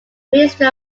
ministry